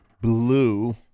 blue